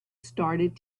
started